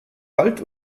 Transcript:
halt